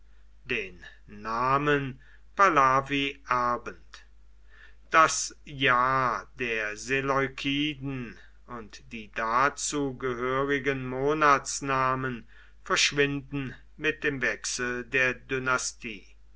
den namen pahlavi erbend das jahr der seleukiden und die dazu gehörigen monatsnamen verschwinden mit dem wechsel der